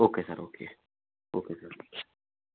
okay sir okay okay sir